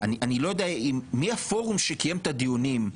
אני לא יודע מי הפורום שקיים את הדיונים,